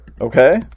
okay